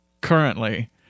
Currently